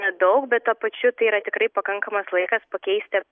nedaug bet tuo pačiu tai yra tikrai pakankamas laikas pakeisti